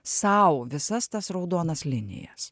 sau visas tas raudonas linijas